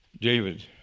David